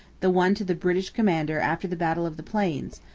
the one to the british commander after the battle of the plains,